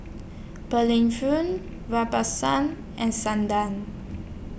Berlin and Sundar